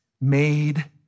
made